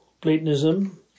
Platonism